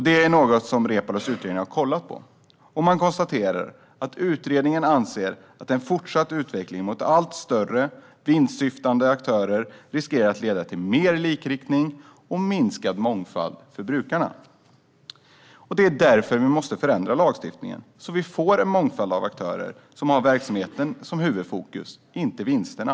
Det är något som Reepalus utredning har kollat på, och man konstaterar att utredningen anser att en fortsatt utveckling mot allt större, vinstsyftande aktörer riskerar att leda till mer likriktning och minskad mångfald för brukarna. Det är därför vi måste förändra lagstiftningen så att vi får en mångfald av aktörer som har verksamheten som huvudfokus, inte vinsterna.